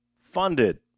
funded